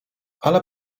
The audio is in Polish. ale